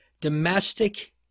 domestic